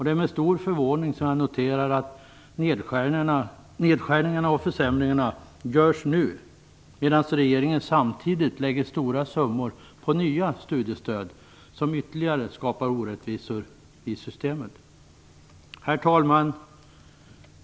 Det är med stor förvåning som jag noterar att nedskärningarna och försämringarna görs nu, samtidigt som regeringen lägger stora summor på nya studiestöd som ytterligare skapar orättvisor i systemet. Herr talman!